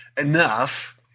enough